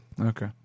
Okay